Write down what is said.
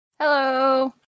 Hello